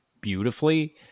beautifully